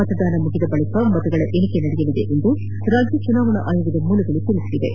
ಮತದಾನ ಮುಗಿದ ಬಳಿಕ ಮತಗಳ ಎಣಿಕೆ ನಡೆಯಲಿದೆ ಎಂದು ರಾಜ್ಯ ಚುನಾವಣಾ ಅಯೋಗದ ಮೂಲಗಳು ತಿಳಿಸಿವೆ